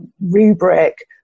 rubric